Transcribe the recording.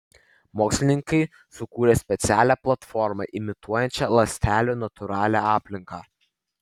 mokslininkai sukūrė specialią platformą imituojančią ląstelių natūralią aplinką